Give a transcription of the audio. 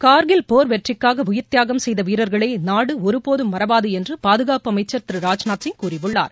கா்கில் போர் வெற்றிக்காக உயிர்த்தியாகம் செய்த வீரர்களை நாடு ஒருபோதும் மறவாது என்று பாதுகாப்பு அமைச்சர் திரு ராஜ்நாத் சிங் கூறியுள்ளார்